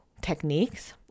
techniques